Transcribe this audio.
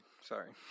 Sorry